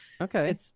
Okay